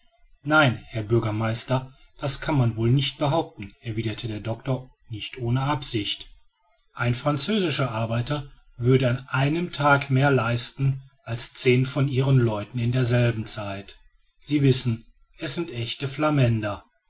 nein herr bürgermeister das kann man wohl nicht behaupten erwiderte der doctor nicht ohne absicht ein französischer arbeiter würde an einem tage mehr leisten als zehn von ihren leuten in derselben zeit sie wissen es sind echte flamänder